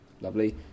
Lovely